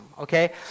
okay